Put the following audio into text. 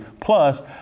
Plus